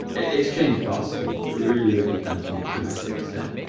it's changed vastly, really, really kind of to to massive extent.